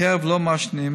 בקרב לא מעשנים,